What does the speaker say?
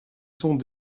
sont